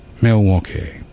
Milwaukee